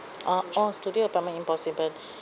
uh orh studio apartment impossible